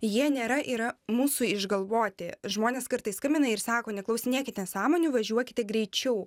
jie nėra yra mūsų išgalvoti žmonės kartais skambina ir sako neklausinėkit nesąmonių važiuokite greičiau